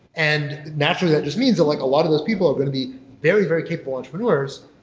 and naturally, that just means that like a lot of those people are going to be very, very capable entrepreneurs,